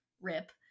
Rip